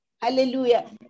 hallelujah